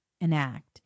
enact